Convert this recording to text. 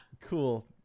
cool